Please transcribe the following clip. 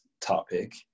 topic